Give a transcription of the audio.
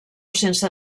sense